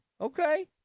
Okay